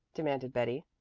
demanded betty.